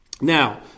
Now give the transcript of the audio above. Now